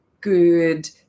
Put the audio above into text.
good